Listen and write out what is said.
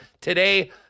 today